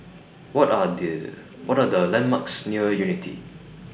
What Are The What Are The landmarks near Unity